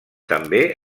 també